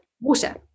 water